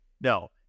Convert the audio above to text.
No